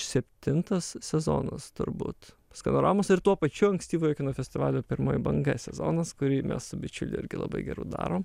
septintas sezonas turbūt skanoramos ir tuo pačiu ankstyvojo kino festivalio pirmoji banga sezonas kurį mes su bičiuliu irgi labai geru darom